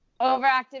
overactive